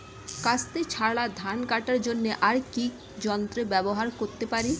কাস্তে ছাড়া ধান কাটার জন্য আর কি যন্ত্র ব্যবহার করতে পারি?